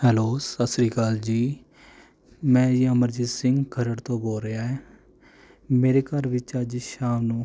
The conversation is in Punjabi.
ਹੈਲੋ ਸਤਿ ਸ਼੍ਰੀ ਅਕਾਲ ਜੀ ਮੈਂ ਜੀ ਅਮਰਜੀਤ ਸਿੰਘ ਖਰੜ ਤੋਂ ਬੋਲ ਰਿਹਾ ਐ ਮੇਰੇ ਘਰ ਵਿੱਚ ਅੱਜ ਸ਼ਾਮ ਨੂੰ